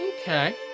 okay